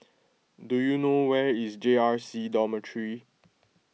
do you know where is J R C Dormitory